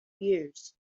years